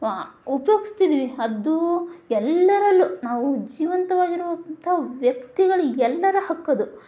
ಉಪ್ಯೋಗಿಸ್ತಿದ್ದೀವಿ ಅದು ಎಲ್ಲರಲ್ಲೂ ನಾವು ಜೀವಂತವಾಗಿರುವಂಥ ವ್ಯಕ್ತಿಗಳು ಎಲ್ಲರ ಹಕ್ಕದು